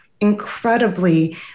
incredibly